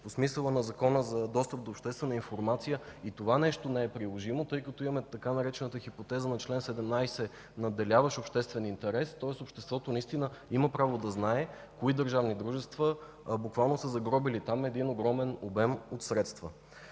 по смисъла на Закона за достъп до обществена информация и това нещо не е приложимо, тъй като имаме така наречената „хипотеза на чл. 17” – надделяващ обществен интерес, тоест обществото има право да знае кои държавни дружества буквално са загробили там един огромен обем от средства.